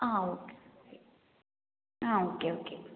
ആ okay okay ആ okay okay